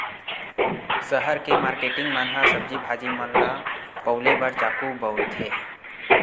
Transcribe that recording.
सहर के मारकेटिंग मन ह सब्जी भाजी मन ल पउले बर चाकू बउरथे